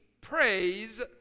praise